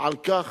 על כך